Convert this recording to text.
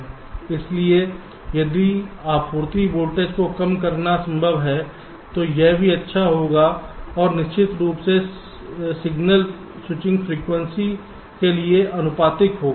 इसलिए यदि आपूर्ति वोल्टेज को कम करना संभव है तो यह भी अच्छा होगा और निश्चित रूप से सिग्नल स्विचिंग फ्रीक्वेंसी के लिए आनुपातिक होगा